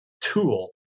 tool